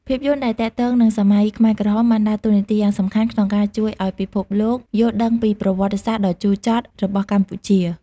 ភាពយន្តដែលទាក់ទងនឹងសម័យខ្មែរក្រហមបានដើរតួនាទីយ៉ាងសំខាន់ក្នុងការជួយឲ្យពិភពលោកយល់ដឹងពី ប្រវត្តិសាស្ត្រដ៏ជូរចត់របស់កម្ពុជា